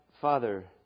Father